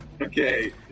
Okay